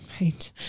right